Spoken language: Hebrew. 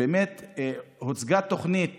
באמת הוצגה תוכנית